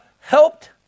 helped